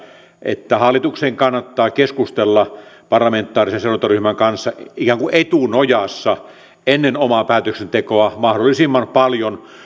että hallituksen kannattaa keskustella parlamentaarisen seurantaryhmän kanssa ihan kuin etunojassa ennen omaa päätöksentekoaan mahdollisimman paljon